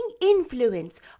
influence